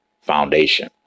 foundation